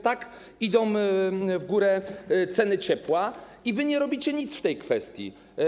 Tak idą w górę ceny ciepła, a wy nie robicie nic w tej kwestii.